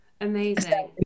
amazing